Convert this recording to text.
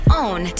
own